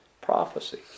prophecy